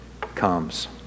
comes